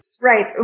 Right